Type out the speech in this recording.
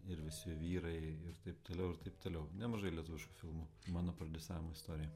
ir visi vyrai ir taip toliau ir taip toliau nemažai lietuviškų filmų mano prodiusavimo istorija